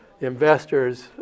investors